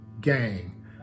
gang